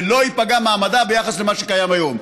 ולא ייפגע מעמדה ביחס למה שקיים היום.